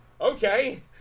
Okay